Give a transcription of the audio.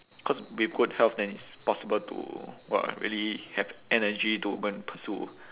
cause with good health then it's possible to !wah! really have energy to go and pursue